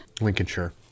lincolnshire